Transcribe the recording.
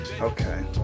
Okay